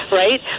right